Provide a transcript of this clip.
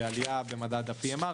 ועלייה במדד ה-PMR.